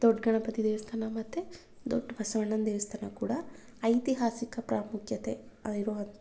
ದೊಡ್ಡ ಗಣಪತಿ ದೇವಸ್ಥಾನ ಮತ್ತೆ ದೊಡ್ಡ ಬಸವಣ್ಣನ ದೇವಸ್ಥಾನ ಕೂಡ ಐತಿಹಾಸಿಕ ಪ್ರಾಮುಖ್ಯತೆ ಇರೋವಂಥ